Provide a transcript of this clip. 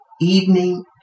evening